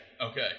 Okay